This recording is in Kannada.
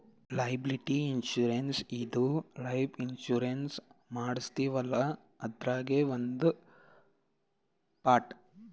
ಲಯಾಬಿಲಿಟಿ ಇನ್ಶೂರೆನ್ಸ್ ಇದು ಲೈಫ್ ಇನ್ಶೂರೆನ್ಸ್ ಮಾಡಸ್ತೀವಲ್ಲ ಅದ್ರಾಗೇ ಒಂದ್ ಪಾರ್ಟ್